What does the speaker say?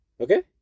okay